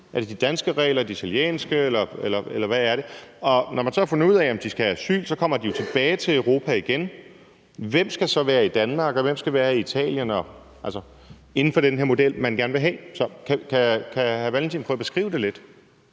de italienske regler, eller hvad er det? Og når man så har fundet ud af, om de skal have asyl, kommer de jo tilbage til Europa igen. Hvem skal så være i Danmark, og hvem skal være i Italien ifølge den her model, man gerne vil have? Kan hr. Carl Valentin prøve at beskrive det lidt?